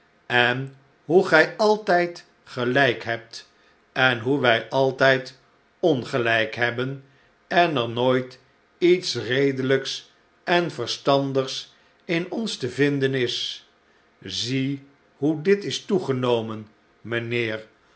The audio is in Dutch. en hoe gij altijd gelijk hebt en hoe wij altijd ongelijk hebben en er nooit iets redeiijks en verstandigs in ons te vinden is zie hoe dit is toegenomen mijnheer